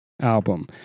album